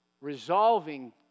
resolving